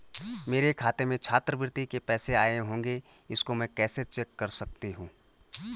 मेरे खाते में छात्रवृत्ति के पैसे आए होंगे इसको मैं कैसे चेक कर सकती हूँ?